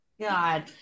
God